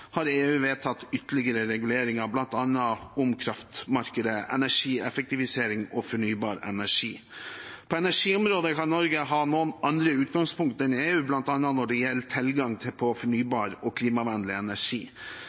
har EU vedtatt ytterligere reguleringer, bl.a. om kraftmarkedet, energieffektivisering og fornybar energi. På energiområdet kan Norge ha noen andre utgangspunkt enn EU, bl.a. når det gjelder tilgang på fornybar og klimavennlig energi.